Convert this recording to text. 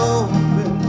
open